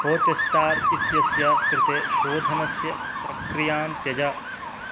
Hotstar इत्यस्य कृते शोधनस्य प्रक्रियां त्यज